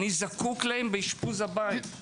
אני זקוק להן באשפוז הבית,